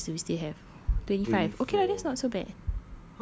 how many more minutes do we still have twenty five okay lah that's not so bad